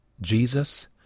Jesus